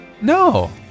No